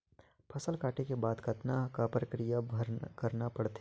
फसल काटे के बाद कतना क प्रक्रिया करना पड़थे?